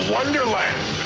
Wonderland